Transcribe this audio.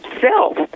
self